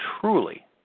truly